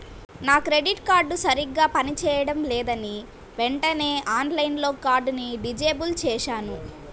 నా credit card సరిగ్గా పని చేయడం లేదని వెంటనే ఆన్లైన్లో కార్డుని డిజేబుల్ చేశాను